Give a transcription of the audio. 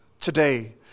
today